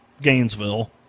Gainesville